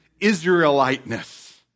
Israeliteness